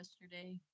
yesterday